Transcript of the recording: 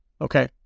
Okay